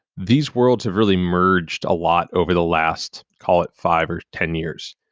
these worlds have really emerged a lot over the last, call it, five or ten years,